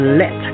let